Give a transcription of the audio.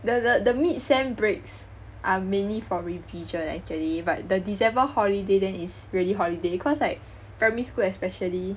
the the the mid sem breaks are mainly for revision leh actually but the December holiday then is really holiday cause like primary school especially